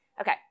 okay